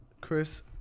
Chris